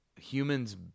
Humans